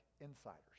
insiders